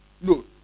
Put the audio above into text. No